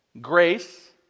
Grace